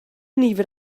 nifer